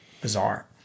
bizarre